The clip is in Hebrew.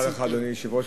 אדוני היושב-ראש,